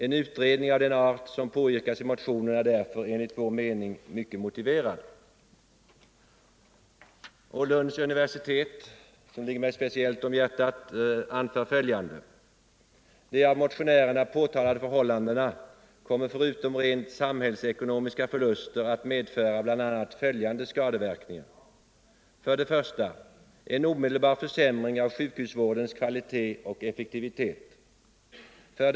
En utredning av den art som påyrkas i motionen är därför enligt vår mening mycket motiverad.” Vidare anför Lunds universitet, som ligger mig speciellt varmt om hjärtat, följande: ”De av motionärerna påtalade förhållandena kommer, förutom rent samhällsekonomiska förluster, att medföra bl.a. följande skadeverkningar: 1. En omedelbar försämring av sjukhusvårdens kvalitet och effektivitet. 2.